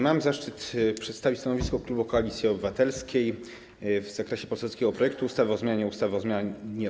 Mam zaszczyt przedstawić stanowisko klubu Koalicja Obywatelska wobec poselskiego projektu ustawy o zmianie ustawy o zmianie